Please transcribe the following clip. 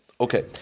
Okay